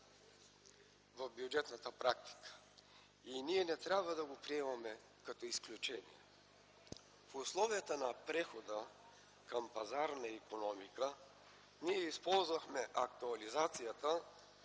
в бюджетната практика, и ние не трябва да го приемаме като изключение. В условията на прехода към пазарна икономика ние използвахме актуализацията